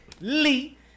Lee